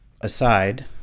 aside